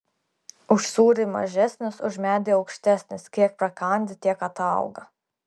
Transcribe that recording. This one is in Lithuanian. už sūrį mažesnis už medį aukštesnis kiek prakandi tiek atauga